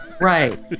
Right